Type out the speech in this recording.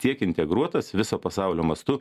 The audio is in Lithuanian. tiek integruotas viso pasaulio mastu